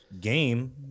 game